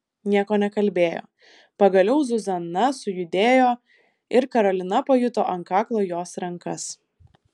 nieko nekalbėjo pagaliau zuzana sujudėjo ir karolina pajuto ant kaklo jos rankas